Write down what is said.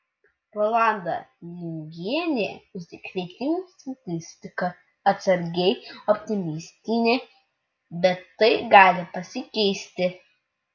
rolanda lingienė užsikrėtimų statistika atsargiai optimistinė bet tai gali pasikeisti